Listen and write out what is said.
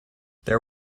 there